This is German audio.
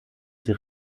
sie